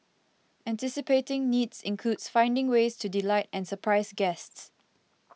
anticipating needs includes finding ways to delight and surprise guests